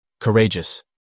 Courageous